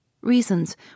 reasons